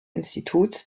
instituts